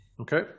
Okay